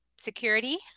security